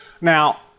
Now